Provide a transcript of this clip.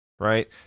right